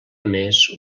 més